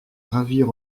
ravir